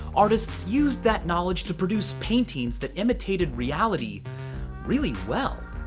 artists used that knowledge to produce paintings that imitated reality really well.